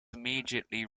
immediately